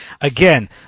Again